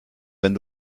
wenn